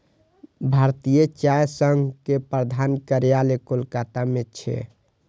भारतीय चाय संघ के प्रधान कार्यालय कोलकाता मे छै